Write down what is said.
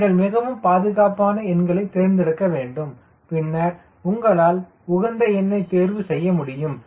நீங்கள் மிகவும் பாதுகாப்பான எண்களை தேர்ந்தெடுக்க வேண்டும் பின்னர் உங்களால் உகந்த எண்ணை தேர்வு செய்ய முடியும்